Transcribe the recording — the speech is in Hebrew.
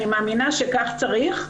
אני מאמינה שכך צריך.